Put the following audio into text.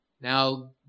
Now